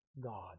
God